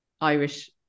irish